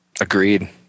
Agreed